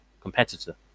competitor